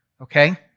okay